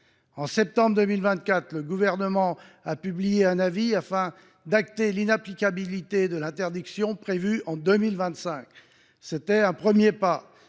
En septembre 2024, le Gouvernement a publié un avis afin d’acter l’inapplicabilité de l’interdiction prévue à compter de 2025 ; un premier pas